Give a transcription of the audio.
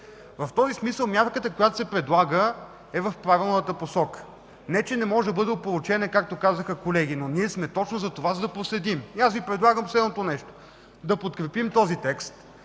В този смисъл мярката, която се предлага е в правилната посока. Не че не може да бъде опорочена, както казаха колеги, но ние сме точно затова, за да проследим. И аз Ви предлагам следното нещо: да подкрепим този текст,